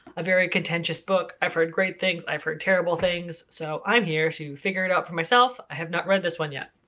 a very contentious book. i've heard great things, i've heard terrible things, so i'm here to figure it out for myself. i have not read this one yet.